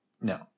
No